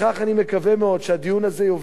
אני מקווה מאוד שהדיון הזה יוביל,